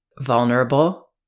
vulnerable